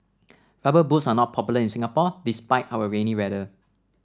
rubber boots are not popular in Singapore despite our rainy weather